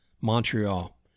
Montreal